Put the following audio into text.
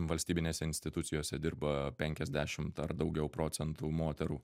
valstybinėse institucijose dirba penkiasdešimt ar daugiau procentų moterų